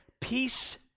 Peace